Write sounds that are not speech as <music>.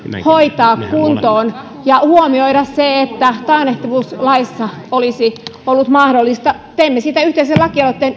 hoitaa kuntoon ja huomioida se että taannehtivuus laissa olisi ollut mahdollista teimme siitä yhteisen lakialoitteen <unintelligible>